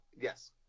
yes